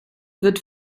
wird